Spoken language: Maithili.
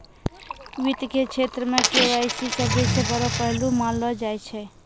वित्त के क्षेत्र मे के.वाई.सी सभ्भे से बड़ो पहलू मानलो जाय छै